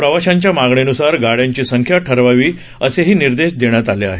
प्रवाशांच्या मागणीनुसार गाड्यांची संख्या ठरवावी असेही निर्देश देण्यात आले आहेत